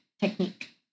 technique